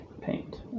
Paint